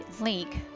link